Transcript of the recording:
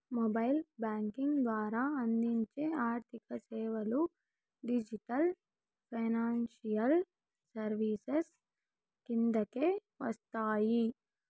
mobile banking ద్వారా అందించే ఆర్థిక సేవలు డిజిటల్ ఫైనాన్షియల్ సర్వీసెస్ కిందకే వస్తాయి